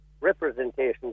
representation